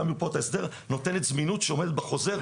במרפאות ההסדר נותנת זמינות שעומדת בחוזר,